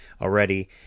already